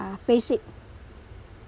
face it